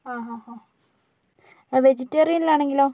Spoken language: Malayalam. വെജിറ്ററിയനിലാണെങ്കിലോ